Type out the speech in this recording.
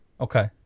Okay